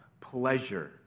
pleasure